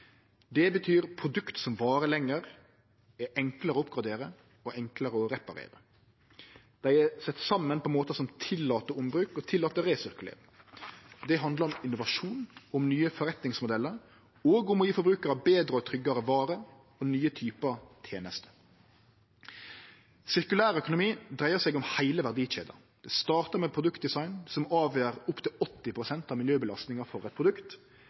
Det betyr produkt som varer lenger, og som er enklare å oppgradere og reparere. Dei er sette saman på måtar som tillèt ombruk og resirkulering. Det handlar om innovasjon og nye forretningsmodellar og om å gje forbrukarar betre og tryggare varer og nye typar tenester. Sirkulær økonomi dreier seg om heile verdikjeda, og det startar med produktdesign, som avgjer opp til 80 pst. av miljøbelastinga for eit produkt.